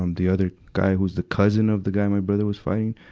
um the other guy who's the cousin of the guy my brother was fighting,